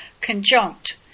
conjunct